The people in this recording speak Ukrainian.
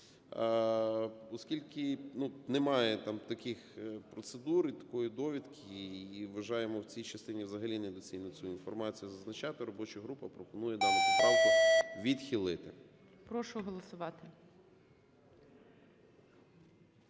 Оскільки немає там таких процедур і такої довідки, і вважаємо в цій частині взагалі недоцільно цю інформацію зазначати. Робоча група пропонує дану поправку відхилити.